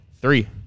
Three